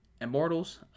immortals